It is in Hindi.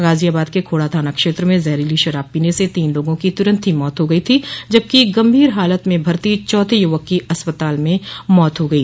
गाजियाबाद के खोड़ा थाना क्षेत्र में जहरीली शराब पीने से तीन लोगों की तुरन्त ही मौत हो गई थी जबकि गंभीर हालत में भर्ती चौथे युवक की अस्पताल में मौत हो गई